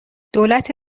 دولت